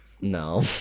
No